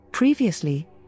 Previously